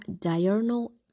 diurnal